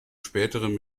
späteren